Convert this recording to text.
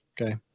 Okay